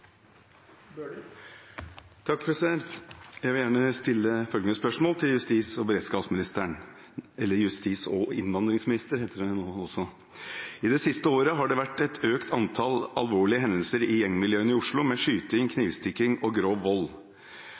generell retning. Jeg vil gjerne stille følgende spørsmål til justis-, beredskaps- og innvandringsministeren: «I det siste året har det vært et økt antall alvorlige hendelser i gjengmiljøene i Oslo, med skyting, knivstikking og grov vold.